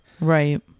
Right